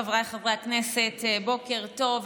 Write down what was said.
חבריי חברי הכנסת, בוקר טוב.